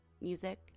music